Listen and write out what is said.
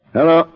Hello